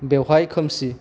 बेवहाय खोमसि